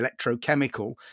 electrochemical